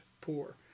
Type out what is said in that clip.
poor